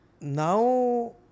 Now